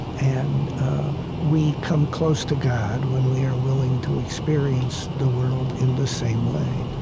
and we come close to god when we are willing to experience the world in the same way.